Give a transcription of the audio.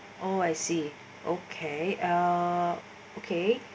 oh I see okay uh okay